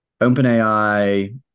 OpenAI